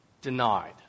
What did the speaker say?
denied